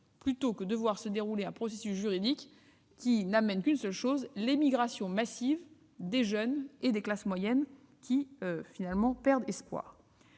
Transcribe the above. plutôt que de voir se dérouler un processus juridique qui n'amène qu'une seule chose : l'émigration massive des jeunes et des classes moyennes qui finalement perdent espoir.